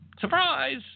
Surprise